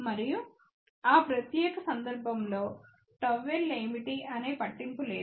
మరియు ఆ ప్రత్యేక సందర్భంలో ΓL ఏమిటి అనే పట్టింపు లేదు